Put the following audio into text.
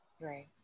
Right